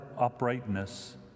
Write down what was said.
uprightness